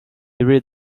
really